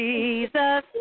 Jesus